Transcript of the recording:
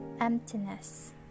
emptiness